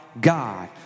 God